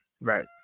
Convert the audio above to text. Right